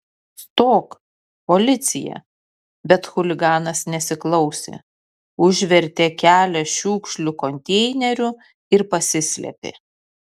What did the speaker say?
stok policija bet chuliganas nesiklausė užvertė kelią šiukšlių konteineriu ir pasislėpė